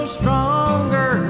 stronger